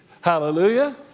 Hallelujah